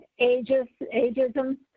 ageism